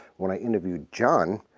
when i interviewed john,